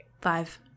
Five